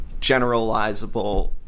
generalizable